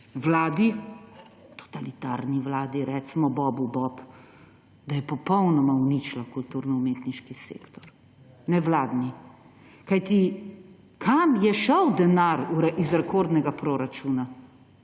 vladi, totalitarni vladi, recimo bobu bob, da je popolnoma uničila kulturno-umetniški sektor. Nevladni. Kajti, kam je šel denar iz rekordnega proračuna?